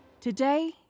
Today